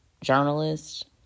journalist